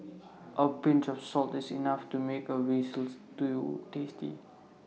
A pinch of salt is enough to make A Veal Stew tasty